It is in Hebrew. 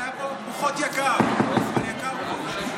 אני כן אטיף לך,